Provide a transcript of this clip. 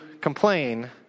complain